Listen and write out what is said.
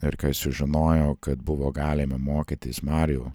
ir kai sužinojau kad buvo galima mokytis marių